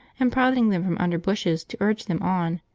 and prodding them from under bushes to urge them on,